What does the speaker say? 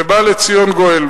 ובא לציון גואל.